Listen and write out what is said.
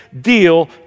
deal